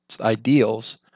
ideals